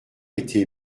été